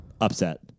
upset